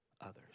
others